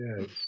yes